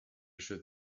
should